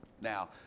Now